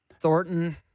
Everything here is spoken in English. Thornton